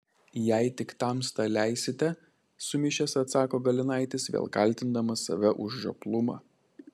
jei tik tamsta leisite sumišęs atsako galinaitis vėl kaltindamas save už žioplumą